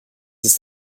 ist